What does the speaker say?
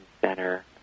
center